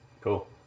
Cool